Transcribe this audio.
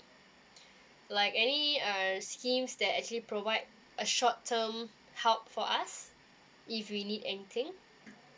like any err schemes that actually provide a short term help for us if we need anything